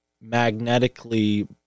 magnetically